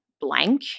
blank